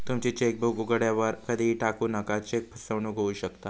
तुमची चेकबुक उघड्यावर कधीही टाकू नका, चेक फसवणूक होऊ शकता